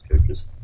coaches